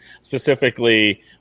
specifically